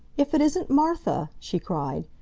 if it isn't martha! she cried.